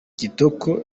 kitoko